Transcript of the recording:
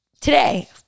today